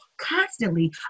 constantly